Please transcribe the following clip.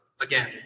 again